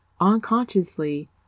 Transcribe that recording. unconsciously